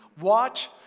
Watch